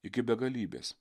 iki begalybės